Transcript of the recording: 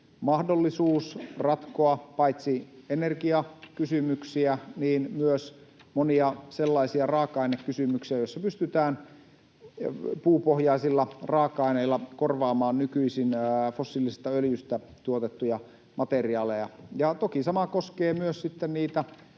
mahdollisuus ratkoa paitsi energiakysymyksiä myös monia sellaisia raaka-ainekysymyksiä, joissa pystytään puupohjaisilla raaka-aineilla korvaamaan nykyisin fossiilisesta öljystä tuotettuja materiaaleja. Ja toki sama koskee sitten myös niitä